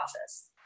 office